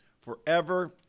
forever